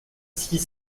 six